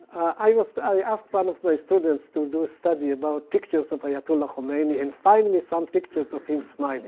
i asked i asked one of my students to do a study about pictures of ayatollah khomeini and find me some pictures of him smiling